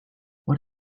what